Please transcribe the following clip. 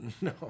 No